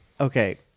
Okay